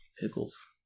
Pickles